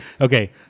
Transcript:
Okay